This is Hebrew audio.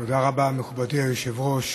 תודה רבה, מכובדי היושב-ראש.